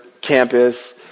campus